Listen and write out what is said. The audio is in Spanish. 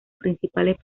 principales